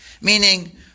Meaning